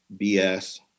BS